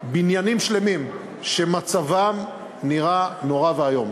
בניינים שלמים שמצבם נראה נורא ואיום,